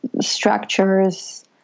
structures